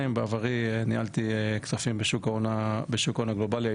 בעברי ניהלתי כספים בשוק ההון הגלובלי,